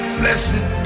blessed